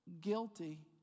Guilty